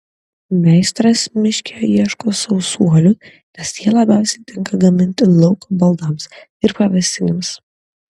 meistras miške ieško sausuolių nes jie labiausiai tinka gaminti lauko baldams ir pavėsinėms